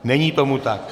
Není tomu tak.